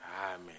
amen